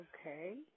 okay